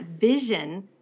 vision